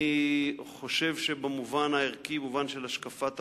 אני חושב שבמובן הערכי, במובן של השקפת העולם,